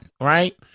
right